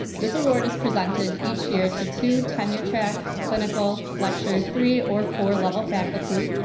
this award is presented each year to two tenure track clinical lecture three or four level faculty,